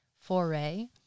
foray